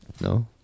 No